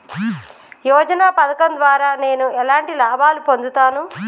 యోజన పథకం ద్వారా నేను ఎలాంటి లాభాలు పొందుతాను?